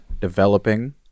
developing